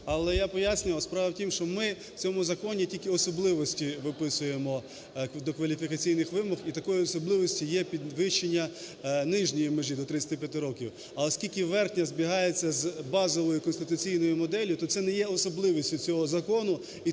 в тому, що ми в цьому законі тільки особливості виписуємо до кваліфікаційних вимог, і такою особливістю є підвищення нижньої межі до 35 років. А оскільки верхня збігається з базовою конституційною моделлю, то це не є особливістю цього закону,